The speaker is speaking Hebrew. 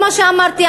כמו שאמרתי,